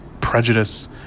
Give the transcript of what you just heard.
Prejudice